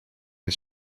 his